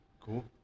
cool